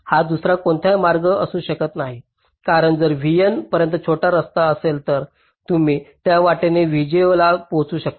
हा दुसरा कोणताही मार्ग असू शकत नाही कारण जर vn पर्यंत छोटा रस्ता असेल तर तुम्ही त्या वाटेने vj ला पोहोचू शकता